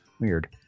weird